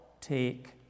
take